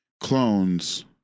clones